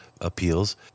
Appeals